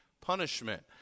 punishment